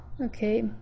okay